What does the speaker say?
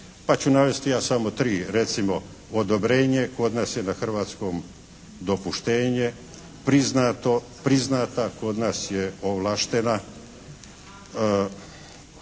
pa ću navesti ja samo tri. Recimo odobrenje, kod nas je na hrvatskom dopuštenje. Priznato, priznata kod nas je ovlaštena.